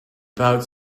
about